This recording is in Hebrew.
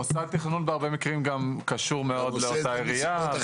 מוסד תכנון בהרבה מקרים גם קשור מאוד לאותה עירייה.